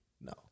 No